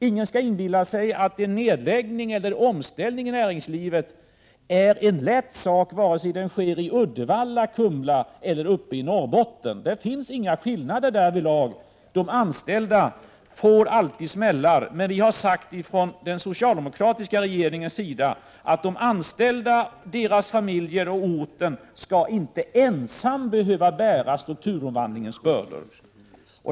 Ingen skall inbilla sig att en nedläggning eller omställning i näringslivet är en lätt sak, vare sig den sker i Uddevalla, Kumla eller uppe i Norrbotten. Det finns inga skillnader därvidlag. De anställda får alltid smällar. Men från den socialdemokratiska regeringens sida har vi sagt att de anställda, deras familjer och orten inte ensamma skall behöva bära strukturomvandlingens bördor.